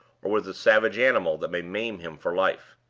or with the savage animal that may maim him for life.